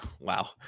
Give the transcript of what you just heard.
wow